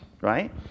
right